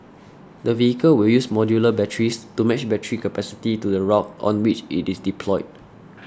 the vehicle will use modular batteries to match battery capacity to the route on which it is deployed